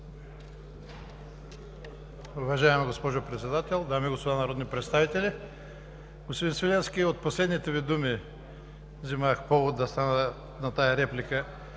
Уважаема госпожо Председател, дами и господа народни представители! Господин Свиленски, от последните Ви думи взех повод да стана на тази реплика.